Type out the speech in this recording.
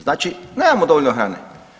Znači nemamo dovoljno hrane.